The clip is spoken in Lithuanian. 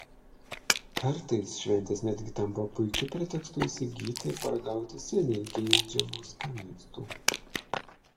kartais šventės netgi tampa puikiu pretekstu įsigyti ir paragauti seniai geidžiamų skanėstų